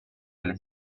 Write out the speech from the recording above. alle